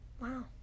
Wow